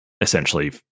essentially